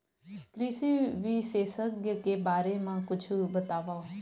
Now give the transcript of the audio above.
कृषि विशेषज्ञ के बारे मा कुछु बतावव?